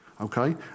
Okay